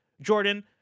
jordan